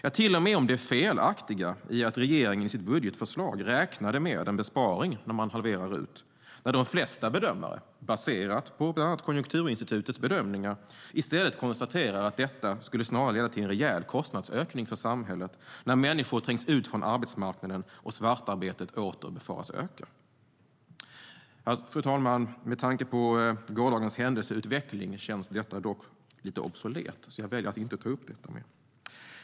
Ja, till och med om det felaktiga i att regeringen i sitt budgetförslag räknar med en besparing när man halverar RUT när de flesta bedömare, baserat på bland annat Konjunkturinstitutets bedömningar, i stället konstaterar att det snarare leder till en rejäl kostnadsökning för samhället när människor trängs ut från arbetsmarknaden och svartarbetet åter befaras öka. Fru talman! Med tanke på gårdagens händelseutveckling känns detta dock lite obsolet, så jag väljer att inte ta upp det mer.